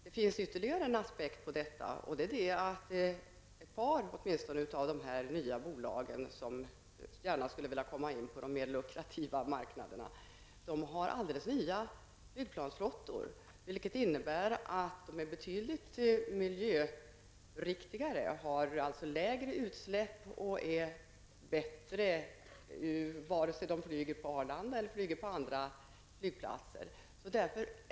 Det finns ytterligare en aspekt på detta, och det är att åtminstone ett par av de nya bolag som gärna skulle vilja komma in på de mera lukrativa marknaderna har alldeles nya flygplansflottor. Det innebär att de är betydligt mer miljöriktiga, gör mindre utsläpp och är bättre vare sig de flyger på Arlanda eller på någon annan flygplats.